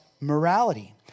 morality